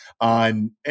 on